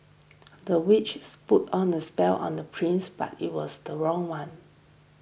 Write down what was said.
the witches put on a spell on the prince but it was the wrong one